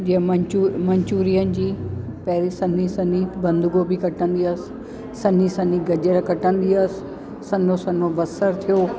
जीअं मंचु मंचुरियन जी पहिरियों सन्ही सन्ही बंदगोभी कटंदी हुअसि सनी सनी गजर कटंदी असि सन्हो सन्हो बसरि थियो